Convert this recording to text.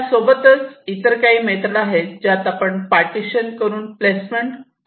त्यासोबतच इतर काही मेथड आहेत ज्यात आपण पार्टिशन करून प्लेसमेंट करत असतो